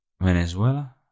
Venezuela